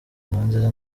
nkurunziza